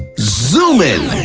zoom in.